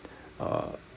uh